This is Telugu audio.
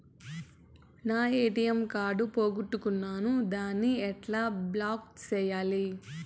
నా ఎ.టి.ఎం కార్డు పోగొట్టుకున్నాను, దాన్ని ఎట్లా బ్లాక్ సేయాలి?